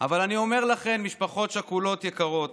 אבל אני אומר לכם, משפחות שכולות יקרות,